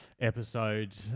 episode